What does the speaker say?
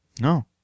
No